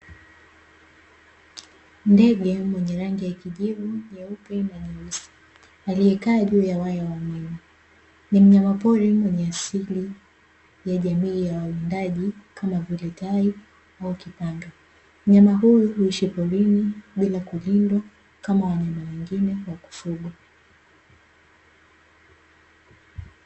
Ndege mwenye rangi ya kijivu, nyeupe na nyeusi aliyekaa juu ya waya wa umeme. Ni mnyama pori mwenye asili ya jamii ya wawindaji kama vile tai au kipanga, mnyama huyu huishi porini bila kulindwa kama wanyama wengine wa kufugwa.